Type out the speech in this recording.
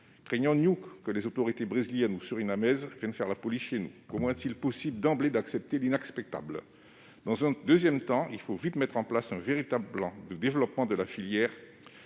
Craignons-nous que les autorités brésiliennes ou surinamaises viennent faire la police chez nous ? Comment est-il possible d'accepter d'emblée l'inacceptable ? Dans un second temps, il faut mettre en place rapidement un véritable plan de développement de la filière,